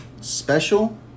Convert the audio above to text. special